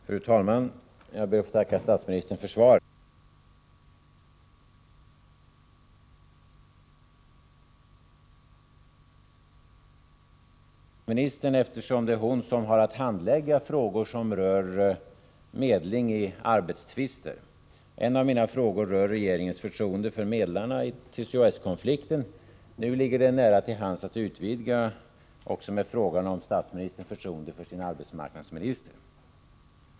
Fru talman! Jag ber att få tacka statsministern för svaret. Jag ställde två frågor till arbetsmarknadsministern. Statsministern svarar. Jag känner mig hedrad. Jag frågade arbetsmarknadsministern, eftersom det är hon som har att handlägga frågor som rör medling i arbetstvister. En av mina frågor rör regeringens förtroende för medlarna i konflikten mellan SAV och TCO-S. Nu ligger det nära till hands att utvidga med frågan om statsministerns förtroende för sin arbetsmarknadsminister.